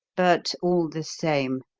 but, all the same,